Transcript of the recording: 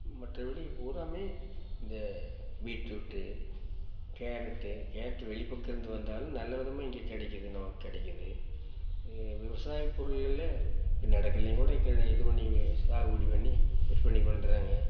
மற்றபடி பூராவுமே இந்த பீட்ரூட் கேரட் கேரட் வெளிப்பக்கம் இருந்து வந்தாலும் நல்ல விதமாக இங்கே கிடைக்கிது நமக்கு கிடைக்கிது விவசாய பொருள்கள்ல நெடக்கடல்லையும் கூட இது பண்ணி சாகுபடி பண்ணி விற்பனை பண்ணுறாங்க